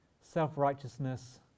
self-righteousness